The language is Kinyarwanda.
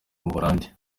buholandi